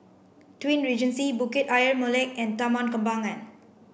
Twin Regency Bukit Ayer Molek and Taman Kembangan